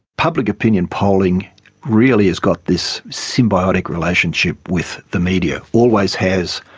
public opinion polling really has got this symbiotic relationship with the media, always has,